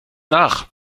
nach